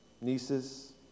nieces